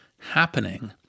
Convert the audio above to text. happening